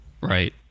Right